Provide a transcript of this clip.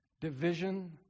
Division